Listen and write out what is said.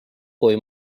kui